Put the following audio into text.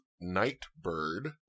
Nightbird